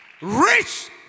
rich